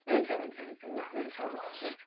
हुन्छ हुन्छ ल हुन्छ हुन्छ